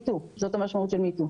זאת המשמעות של Me too.